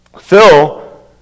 Phil